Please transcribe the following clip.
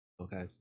Okay